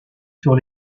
sur